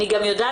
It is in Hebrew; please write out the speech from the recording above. אני גם יודעת,